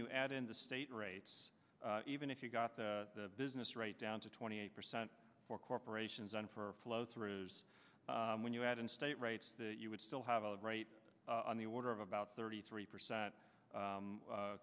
you add in the state rates even if you got the business right down to twenty eight percent for corporations on for flow through when you add in state rights you would still have it right on the order of about thirty three percent